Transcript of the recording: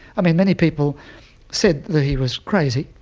i mean, many people said that he was crazy,